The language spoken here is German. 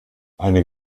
eine